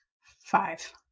five